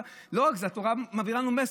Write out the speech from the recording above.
לא רק זה, התורה מעבירה לנו מסר,